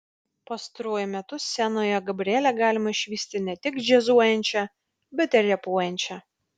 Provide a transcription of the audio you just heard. pastaruoju metu scenoje gabrielę galima išvysti ne tik džiazuojančią bet ir repuojančią